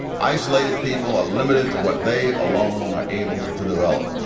isolated people are limited to what they alone are able to develop.